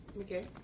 Okay